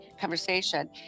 conversation